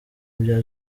bya